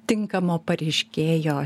tinkamo pareiškėjo